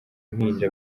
impinja